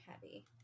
heavy